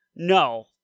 No